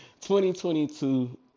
2022